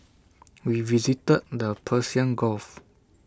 we visited the Persian gulf